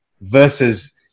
versus